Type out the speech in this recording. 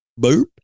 Boop